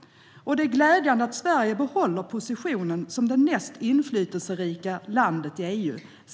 Det är glädjande att Sverige behåller positionen som det näst mest inflytelserika landet i EU.